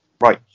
Right